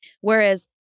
Whereas